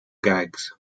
gags